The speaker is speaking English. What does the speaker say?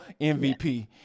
MVP